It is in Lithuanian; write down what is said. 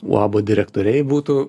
uabo direktoriai būtų